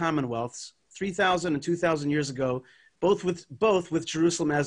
לפני אלפיים שנה היו כאן שתי ממלכות ובכל אחת